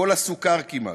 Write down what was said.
כל הסוכר כמעט,